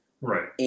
right